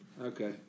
okay